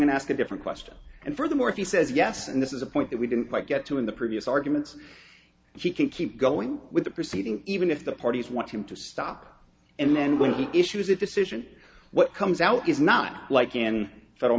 and ask a different question and furthermore if he says yes and this is a point that we didn't quite get to in the previous arguments he can keep going with the proceeding even if the parties want him to stop and then when he issues it decision what comes out is not like any federal